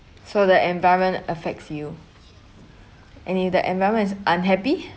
so the environment affects you and if the environment is unhappy